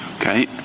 Okay